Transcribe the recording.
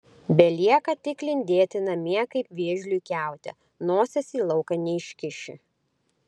belieka tik lindėti namie kaip vėžliui kiaute nosies į lauką neiškiši